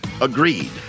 Agreed